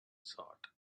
sort